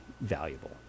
valuable